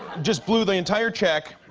just blew the entire check,